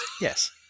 yes